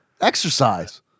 exercise